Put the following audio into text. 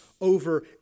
over